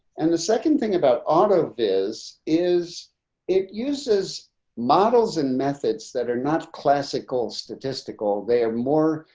and the second thing about autosave is, is it uses models and methods that are not classical statistical, they're more,